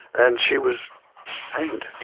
and she was hanged.